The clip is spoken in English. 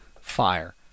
fire